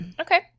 Okay